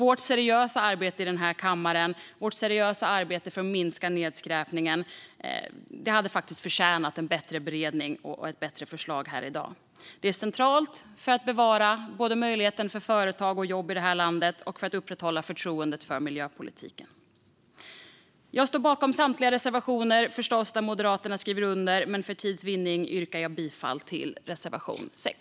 Vårt seriösa arbete i den här kammaren för att minska nedskräpningen hade faktiskt förtjänat en bättre beredning och ett bättre förslag här i dag. Det är centralt både för att bevara möjligheterna till företagande och jobb i det här landet och för att upprätthålla förtroendet för miljöpolitiken. Jag står förstås bakom samtliga reservationer som Moderaterna skrivit under, men för tids vinning yrkar jag bifall enbart till reservation 6.